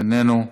איננו,